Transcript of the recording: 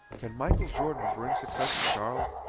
can michael jordan bring success to charlotte?